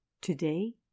Today